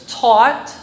taught